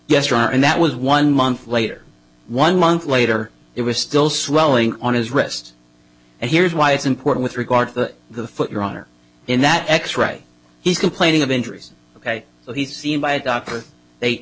yesterday and that was one month later one month later it was still swelling on his wrist and here's why it's important with regard to the foot your honor in that x ray he's complaining of injuries ok so he's seen by a doctor they